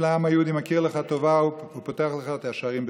העם היהודי מכיר לך טובה ופותח לך את השערים בשמחה.